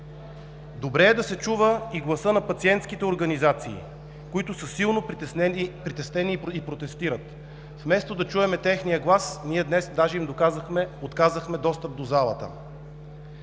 Добре е да се чува и гласът на пациентските организации, които са силно притеснени и протестират. Вместо да чуем техния глас, ние днес даже им отказахме достъп до залата.